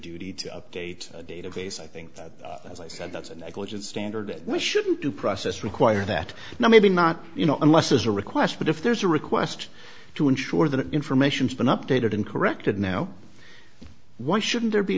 duty to update a database i think that as i said that's a negligent standard that we shouldn't due process require that now maybe not you know unless there's a request but if there's a request to ensure that information's been updated and corrected now why shouldn't there be